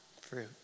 fruit